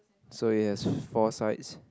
so it has four sides